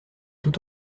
tout